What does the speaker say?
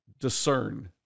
discern